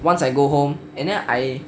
once I go home and then I